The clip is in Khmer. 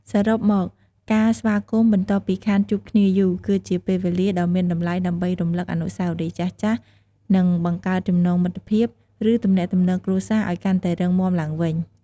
សរុបមក ការស្វាគមន៍បន្ទាប់ពីខានជួបគ្នាយូរ គឺជាពេលវេលាដ៏មានតម្លៃដើម្បីរំលឹកអនុស្សាវរីយ៍ចាស់ៗ និងបង្កើតចំណងមិត្តភាព ឬទំនាក់ទំនងគ្រួសារឱ្យកាន់តែរឹងមាំឡើងវិញ។